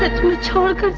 ah to talk ah